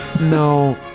No